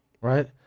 right